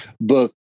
book